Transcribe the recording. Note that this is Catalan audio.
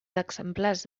exemplars